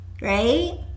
right